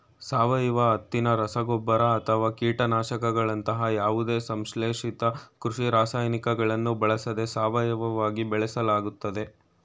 ಸಾವಯವ ಹತ್ತಿನ ರಸಗೊಬ್ಬರ ಅಥವಾ ಕೀಟನಾಶಕಗಳಂತಹ ಯಾವುದೇ ಸಂಶ್ಲೇಷಿತ ಕೃಷಿ ರಾಸಾಯನಿಕಗಳನ್ನು ಬಳಸದೆ ಸಾವಯವವಾಗಿ ಬೆಳೆಸಲಾಗ್ತದೆ